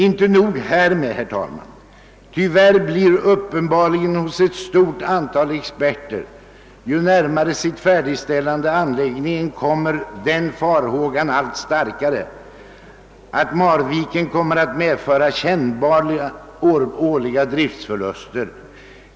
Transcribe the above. Inte nog härmed, herr talman: Tyvärr blir uppenbarligen hos ett stort antal experter den farhågan allt starkare, ju närmare sitt färdigställande Marvikenanläggningen kommer, att densamma kommer att resultera i kännbara årliga driftförluster.